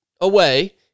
away